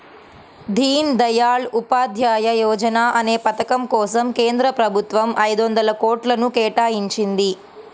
దీన్ దయాళ్ ఉపాధ్యాయ యోజనా అనే పథకం కోసం కేంద్ర ప్రభుత్వం ఐదొందల కోట్లను కేటాయించింది